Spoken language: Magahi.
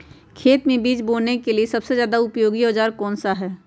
खेत मै बीज बोने के लिए सबसे ज्यादा उपयोगी औजार कौन सा होगा?